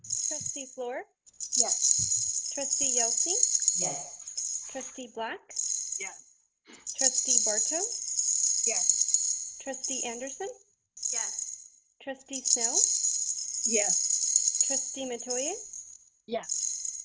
trustee fluor yes trustee yelsey yes trustee black yes trustee barto yes trustee anderson yes trustee snell yes trustee metoyer yes